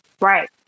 Right